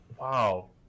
wow